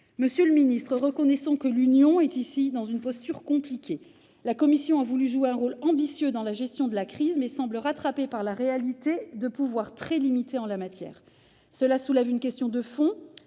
Monsieur le secrétaire d'État, reconnaissons que l'Union est ici dans une posture difficile : la Commission a voulu jouer un rôle ambitieux dans la gestion de la crise, mais elle semble rattrapée par la réalité de pouvoirs très limités en la matière. Cette situation soulève une question de fond